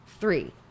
Three